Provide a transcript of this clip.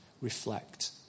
reflect